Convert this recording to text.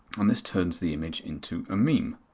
um this turns the image into a meme.